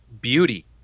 beauty